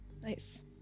Nice